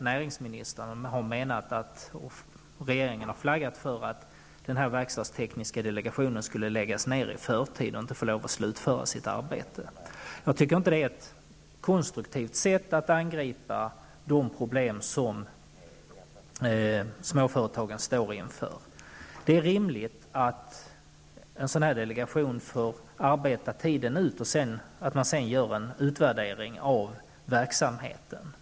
Näringsministern och regeringen har då så att säga flaggat för att den verkstadstekniska delegationen i förtid skulle läggas ned. Den skulle alltså inte få slutföra sitt arbete. Jag tycker inte att det är att på ett konstruktivt sätt angripa de problem som småföretagen står inför. Det är rimligt att en delegation av det här slaget får arbeta tiden ut. Sedan får en utvärdering av verksamheten göras.